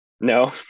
no